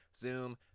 Zoom